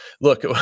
Look